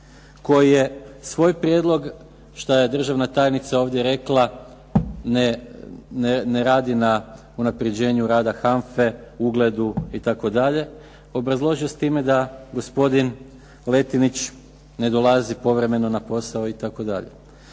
koji je svoj prijedlog što je državna tajnica ovdje rekla ne radi na unapređenju rada HANFA-e ugledu itd. obrazložio s time da gospodin Letinić ne dolazi povremeno na posao itd.